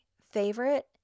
favorite